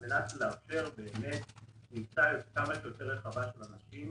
כדי לאפשר כניסה כמה שיותר רחבה של אנשים